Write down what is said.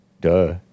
duh